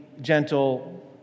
gentle